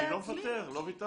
אני לא מוותר, לא ויתרתי.